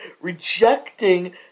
rejecting